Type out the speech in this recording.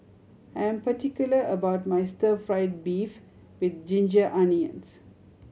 I am particular about my stir fried beef with ginger onions